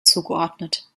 zugeordnet